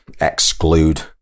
exclude